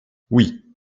oui